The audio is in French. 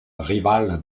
rival